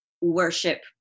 worship